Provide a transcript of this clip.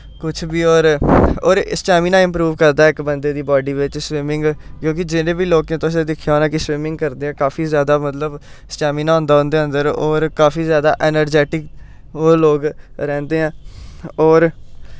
कुछ बी होर होर स्टेमना इंप्रूव करदा इक बंदे दी बॉडी बिच्च स्विमिंग क्योंकि जेह्ड़े बी लोकें तुसें दिक्खेआ होना कि स्विमिंग करदे काफी ज्यादा मतलब स्टेमना होंदा उं'दै अंदर होर काफी ज्यादा ऐनर्जैटिक ओह् लोग रौंह्दे ऐं होर